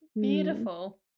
beautiful